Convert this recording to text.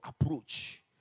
approach